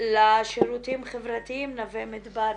לשירותים חברתיים, נווה מדבר.